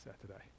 Saturday